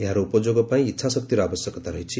ଏହାର ଉପଯୋଗ ପାଇଁ ଇଛା ଶକ୍ତିର ଆବଶ୍ୟକତା ରହିଛି